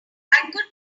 could